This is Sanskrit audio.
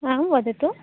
आं वदतु